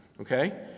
Okay